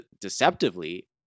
deceptively